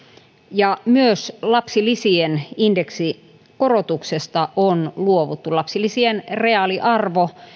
ja myös lapsilisien indeksikorotuksesta on luovuttu lapsilisien reaaliarvo